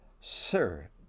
Sir